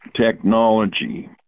technology